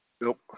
Nope